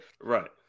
right